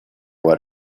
what